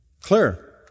clear